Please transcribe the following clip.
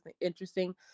interesting